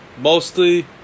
mostly